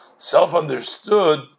Self-understood